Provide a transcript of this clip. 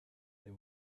they